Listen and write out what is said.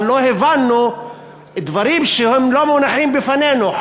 אבל לא הבנו דברים שהם לא מונחים בפנינו.